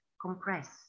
compress